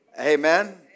Amen